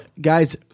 guys